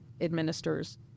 administers